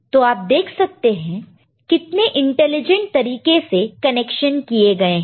तो आप देख सकते हैं कितने इंटेलिजेंट तरीके से कनेक्शन किए गए हैं